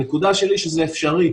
הנקודה שלי שזה אפשרי,